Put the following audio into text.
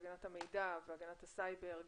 הגנת המידע והגנת הסייבר,